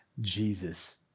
Jesus